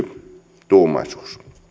yksituumaisuus